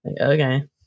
Okay